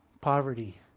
poverty